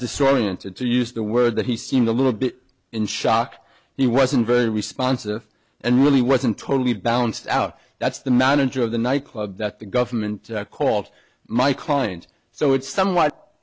disoriented to use the word that he seemed a little bit in shock he wasn't very responsive and really wasn't totally balanced out that's the manager of the nightclub that the government called my client so it's somewhat